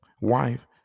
wife